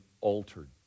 altered